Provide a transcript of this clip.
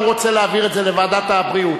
הוא רוצה להעביר את זה לוועדת הבריאות.